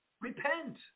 Repent